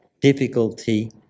difficulty